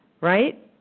right